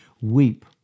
weep